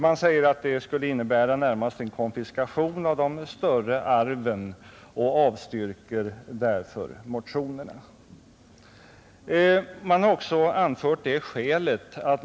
Man säger att de skulle innebära närmast en konfiskation av de stora arven och avstyrker därför motionerna.